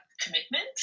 commitment